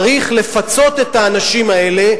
צריך לפצות את האנשים האלה,